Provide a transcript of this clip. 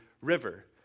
River